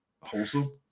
wholesome